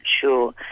sure